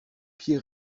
pied